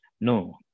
No